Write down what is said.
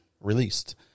released